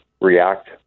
react